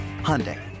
Hyundai